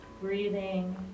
Breathing